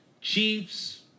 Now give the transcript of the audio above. Chiefs